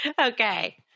Okay